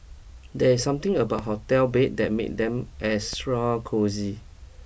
there's something about hotel bed that make them extra cosy